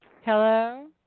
Hello